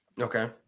okay